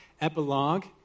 epilogue